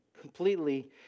completely